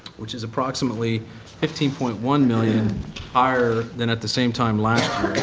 which is approximately fifteen point one million higher than at the same time last